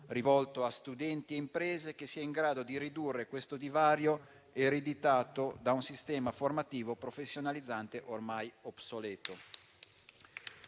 rivolto a studenti e imprese, in grado di ridurre questo divario ereditato da un sistema formativo professionalizzante ormai obsoleto.